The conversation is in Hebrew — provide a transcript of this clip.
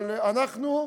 אבל אנחנו,